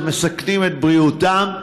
שמסכנים את בריאותם.